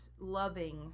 loving